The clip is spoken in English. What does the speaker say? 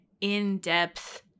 in-depth